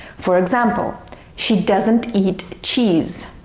for example she doesn't eat cheese